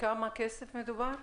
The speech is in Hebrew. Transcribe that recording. בכמה כסף מדובר?